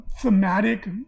thematic